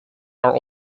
are